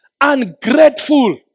Ungrateful